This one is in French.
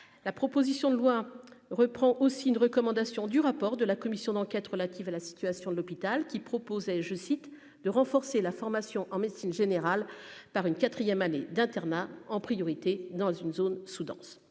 la proposition de loi reprend aussi une recommandation du rapport de la commission d'enquête relative à la situation de l'hôpital qui proposait, je cite. De renforcer la formation en médecine générale par une 4ème année d'internat en priorité dans une zone sous- dense je